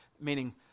meaning